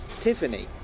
Tiffany